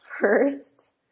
first